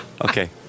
Okay